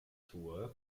tour